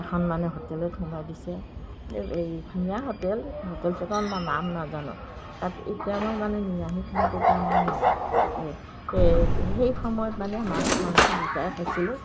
এখন মানে হোটেলত সোমাই দিছে এইে ধুনীয়া হোটেল হোটেলটো অকণমান নাম নাজানো তাত এতিয়া মই মানে নিৰামিষ খাওঁ তেতিয়া মই নিৰামিষ সেই সময়ত মানে মাছ মাংস দুয়োটাই খাইছিলোঁ